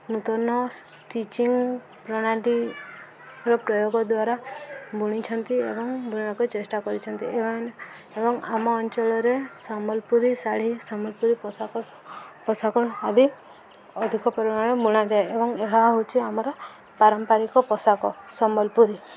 ନୂତନ ଷ୍ଟିଚିଂ ପ୍ରଣାଳୀଟିର ପ୍ରୟୋଗ ଦ୍ୱାରା ବୁଣିଛନ୍ତି ଏବଂ ବୁଣିବାକୁ ଚେଷ୍ଟା କରିଛନ୍ତି ଏବଂ ଏବଂ ଆମ ଅଞ୍ଚଳରେ ସମ୍ବଲପୁରୀ ଶାଢ଼ୀ ସମ୍ବଲପୁରୀ ପୋଷାକ ପୋଷାକ ଆଦି ଅଧିକ ପରିମାଣରେ ବୁଣାଯାଏ ଏବଂ ଏହା ହଉଛି ଆମର ପାରମ୍ପାରିକ ପୋଷାକ ସମ୍ବଲପୁରୀ